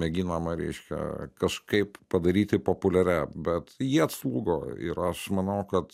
mėginama reiškia kažkaip padaryti populiaria bet jie atslūgo ir aš manau kad